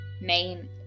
main